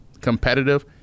competitive